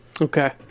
Okay